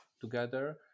together